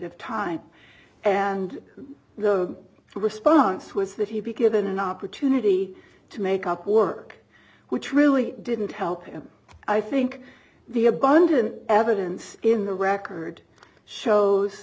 of time and the response was that he'd be given an opportunity to make up work which really didn't help him i think the abundant evidence in the record shows